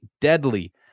deadly